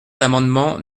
l’amendement